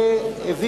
אין רע בלי טוב.